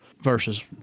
versus